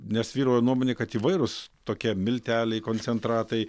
nes vyrauja nuomonė kad įvairūs tokie milteliai koncentratai